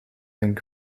zijn